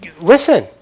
listen